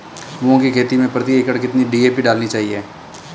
मूंग की खेती में प्रति एकड़ कितनी डी.ए.पी डालनी चाहिए?